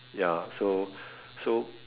ya so so